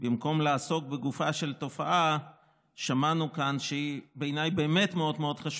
במקום לעסוק בגופה של תופעה שהיא מאוד חשובה,